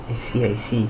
I see I see